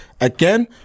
again